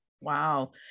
wow